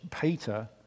peter